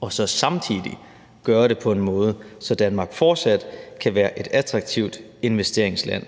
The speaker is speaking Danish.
og så samtidig gøre det på en måde, så Danmark fortsat kan være et attraktivt investeringsland.